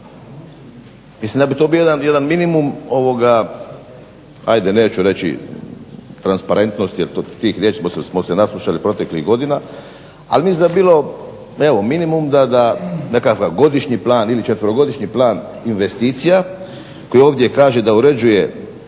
Mislim da bi to bio jedan minimum neću reći transparentnosti jer tih riječi smo se naslušali proteklih godina, ali mislim da bi bilo minimum da nekakav godišnji plan ili četverogodišnji plan investicija koji ovdje kaže da uređuje